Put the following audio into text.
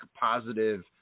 positive